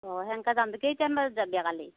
অঁ তেনেকৈ যাম দে কেইটামান বজাত যাবি কালি